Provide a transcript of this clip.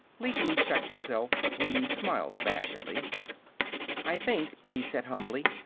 lecky checked himself. he smiled abashedly i think, he said humbly,